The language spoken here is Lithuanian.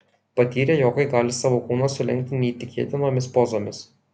patyrę jogai gali savo kūną sulenkti neįtikėtinomis pozomis